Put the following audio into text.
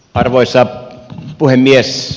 arvoisa puhemies